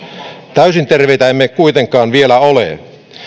täysin terveitä emme kuitenkaan vielä ole